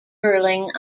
curling